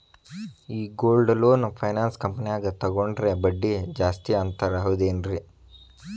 ಈ gold loan finance ಕಂಪನ್ಯಾಗ ತಗೊಂಡ್ರೆ ಬಡ್ಡಿ ಜಾಸ್ತಿ ಅಂತಾರ ಹೌದೇನ್ರಿ?